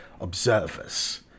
observers